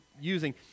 using